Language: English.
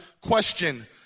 question